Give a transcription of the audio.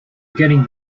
getting